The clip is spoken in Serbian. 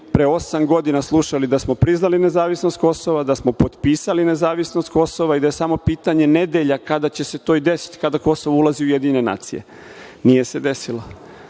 pre osam godina slušali da smo priznali nezavisnost Kosova, da smo potpisali nezavisnost Kosova i da je samo pitanje nedelja kada će se to i desiti, kada Kosovo ulazi u UN. Nije se desilo.